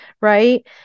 right